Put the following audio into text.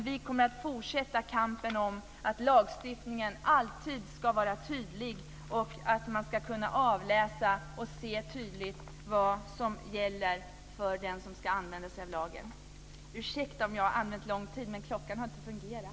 Vi kommer att fortsätta kampen för att lagstiftningen alltid ska vara tydlig och att den som ska använda sig av lagen ska kunna avläsa och tydligt se vad som gäller. Ursäkta om jag har använt lång tid, men klockan har inte fungerat.